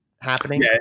happening